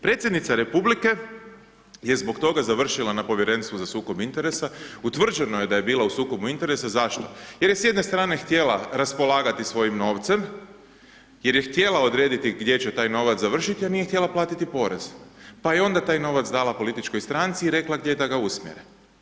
Predsjednica Republike je zbog toga završila na Povjerenstvu za sukob interesa, utvrđ4eno je da je bila u sukobu interesa, zašto, jer je s jedne strane htjela raspolagati svojim novcem, jer je htjela odrediti gdje će taj novac završiti, a nije htjela platiti porez, pa je onda taj novac dala politički stranci i rekla gdje da ga usmjere.